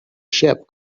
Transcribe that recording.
ship